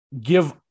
give